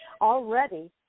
already